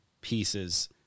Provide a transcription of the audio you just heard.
pieces